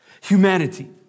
Humanity